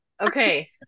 okay